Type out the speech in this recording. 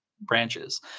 branches